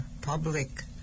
public